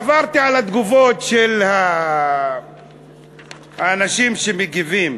עברתי על התגובות של האנשים שמגיבים.